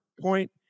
point